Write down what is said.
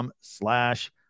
slash